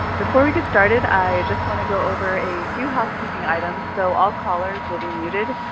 before we get started, i just want to go over a few housekeeping items. so all callers will be muted.